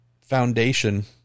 foundation